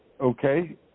Okay